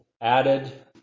added